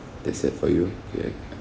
that's sad for you ya